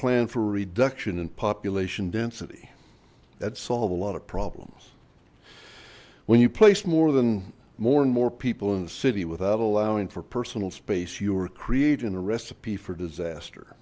plan for a reduction in population density that solve a lot of problems when you place more than more and more people in the city without allowing for personal space you are create and a recipe for disaster